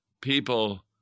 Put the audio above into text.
People